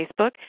Facebook